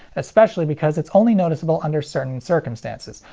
especially because it's only noticeable under certain circumstances.